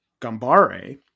Gambare